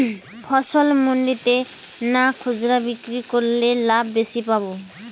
ফসল মন্ডিতে না খুচরা বিক্রি করলে লাভ বেশি পাব?